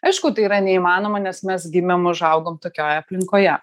aišku tai yra neįmanoma nes mes gimėm užaugom tokioj aplinkoje